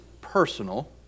personal